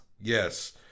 Yes